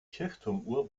kirchturmuhr